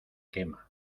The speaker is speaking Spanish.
quema